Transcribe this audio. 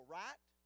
right